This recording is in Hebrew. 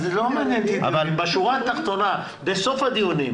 בשורה התחתונה, בסוף הדיונים